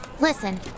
Listen